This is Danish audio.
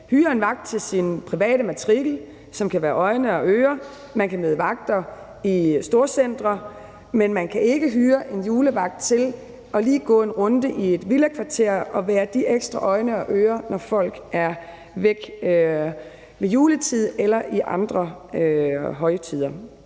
hyre en vagt til sin private matrikel, som kan være øjne og ører; man kan møde vagter i storcentre, men man kan ikke hyre en julevagt til lige at gå en runde i et villakvarter og være de ekstra øjne og ører, når folk er væk ved juletid eller andre højtider.